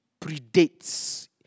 predates